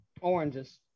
oranges